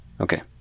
Okay